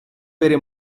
bere